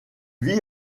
vit